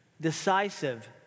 decisive